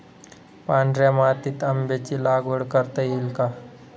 पांढऱ्या मातीत आंब्याची लागवड करता येईल का?